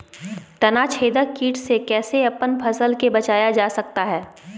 तनाछेदक किट से कैसे अपन फसल के बचाया जा सकता हैं?